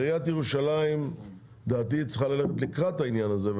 עיריית ירושלים צריכה ללכת לקראת העניין הזה,